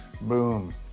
Boom